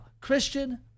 Christian